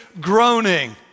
groaning